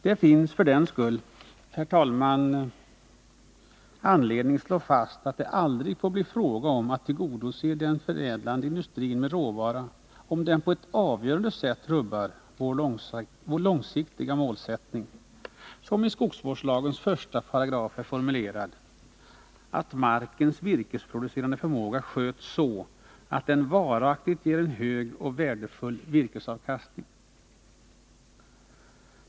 Det finns för den skull, herr talman, anledning slå fast att det aldrig får bli fråga om att tillgodose den förädlande industrin med råvara om den på ett avgörande sätt rubbar vår långsiktiga målsättning, som är formulerad i skogsvårdslagens 1 §: att markens virkesproducerande förmåga bör skötas så att den varaktigt ger en hög och värdefull virkesavkastning.